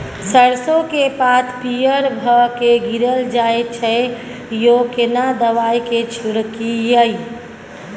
सरसो के पात पीयर भ के गीरल जाय छै यो केना दवाई के छिड़कीयई?